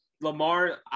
Lamar